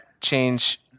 change